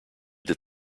that